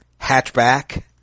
Hatchback